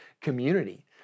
community